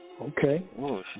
Okay